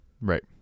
right